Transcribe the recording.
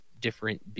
different